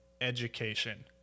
education